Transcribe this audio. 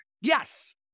Yes